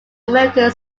american